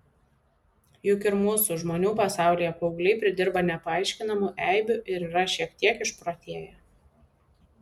juk ir mūsų žmonių pasaulyje paaugliai pridirba nepaaiškinamų eibių ir yra šiek tiek išprotėję